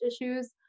issues